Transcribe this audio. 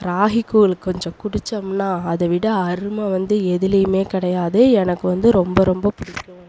ராகி கூழ் கொஞ்சம் குடிச்சோம்னா அதை விட அருமை வந்து எதுலேயுமே கிடையாது எனக்கு வந்து ரொம்ப ரொம்ப பிடிக்கும்